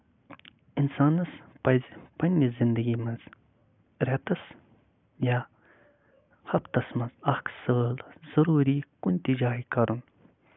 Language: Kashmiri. اِنسانَس پَزِ پَنٕنہِ زِندگی منٛز رٮ۪تَس یا ہَفتَس منٛز اکھ سٲل ضروٗری کُنہِ تہِ جایہِ کَرُن